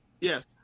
Yes